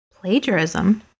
Plagiarism